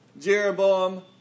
Jeroboam